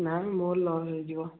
ନାହିଁ ମୋର ଲସ୍ ହେଇଯିବ